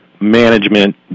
management